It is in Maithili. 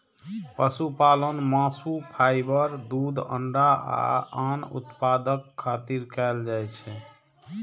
पशुपालन मासु, फाइबर, दूध, अंडा आ आन उत्पादक खातिर कैल जाइ छै